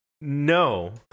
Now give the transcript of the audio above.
no